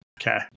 okay